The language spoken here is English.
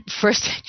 first